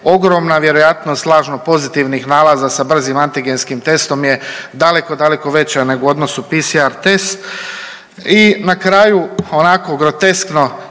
ogromna, vjerojatno s lažno pozitivnih nalaza sa brzim antigenskim testom je daleko, daleko veća nego u odnosu PCR test. I na kraju onako groteskno